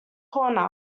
corner